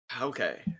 Okay